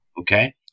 okay